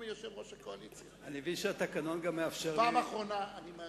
פעם אחרונה.